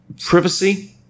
privacy